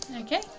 Okay